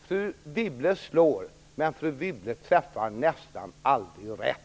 Fru Wibble slår, men fru Wibble träffar nästan aldrig rätt!